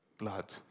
blood